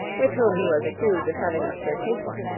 with whom he was accused of having a flirtation.